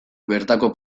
bertako